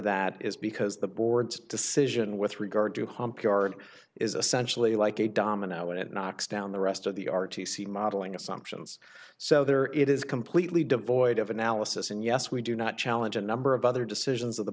that is because the board's decision with regard to hump yard is essential a like a domino and it knocks down the rest of the r t c modeling assumptions so there it is completely devoid of analysis and yes we do not challenge a number of other decisions of the